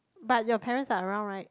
but your parents are around right